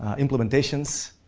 ah implementations,